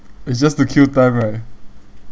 it's just to kill time right